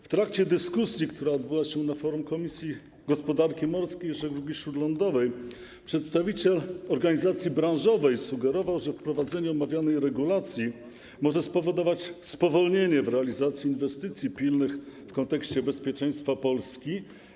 W trakcie dyskusji, która odbyła się na forum Komisji Gospodarki Morskiej i Żeglugi Śródlądowej, przedstawiciel organizacji branżowej sugerował, że wprowadzenie omawianej regulacji może spowodować spowolnienie w realizacji inwestycji pilnych w kontekście bezpieczeństwa Polski.